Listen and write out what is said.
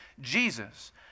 Jesus